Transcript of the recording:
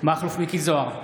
מכלוף מיקי זוהר,